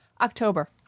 October